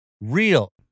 real